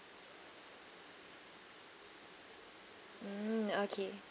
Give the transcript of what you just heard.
mm okay